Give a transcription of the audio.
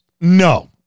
No